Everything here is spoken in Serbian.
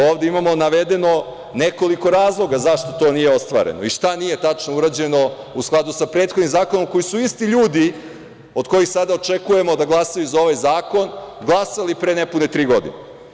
Ovde imamo navedeno nekoliko razloga zašto to nije ostvareno i šta nije tačno urađeno u skladu sa prethodnim zakonom koji su isti ljudi od kojih sada očekujemo da glasaju za ovaj zakon glasali pre nepune tri godine.